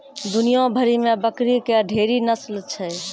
दुनिया भरि मे बकरी के ढेरी नस्ल छै